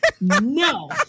No